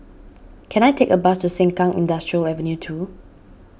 can I take a bus to Sengkang Industrial Avenue two